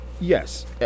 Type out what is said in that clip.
Yes